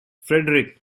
frederick